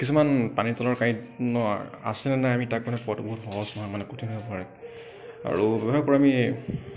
কিছুমান পানীৰ তলৰ কাঁইট ন আছেনে নাই আমি তাক মানে পোৱাটো বহুত সহজ নহয় মানে কঠিন হৈ পৰে আৰু ব্যৱহাৰ কৰোঁ আমি